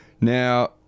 Now